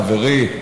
חברי,